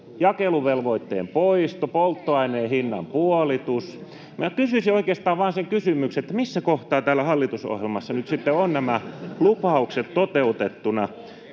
jakeluvelvoitteen poisto, polttoaineen hinnan puolitus. Minä kysyisin oikeastaan vain sen kysymyksen, missä kohtaa täällä hallitusohjelmassa nyt ovat nämä lupaukset toteutettuna,